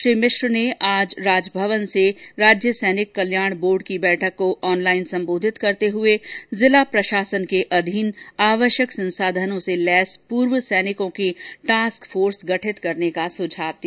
श्री मिश्र ने आज राजभवन से राज्य सैनिक कल्याण बोर्ड की बैठक को ऑनलाइन सम्बोधित करते हुए जिला प्रशासन के अधीन आवश्यक संसाधनों से लैस पूर्व सैनिकों की टास्क फोर्स का गठन करने का सुझाव दिया